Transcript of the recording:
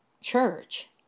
church